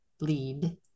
lead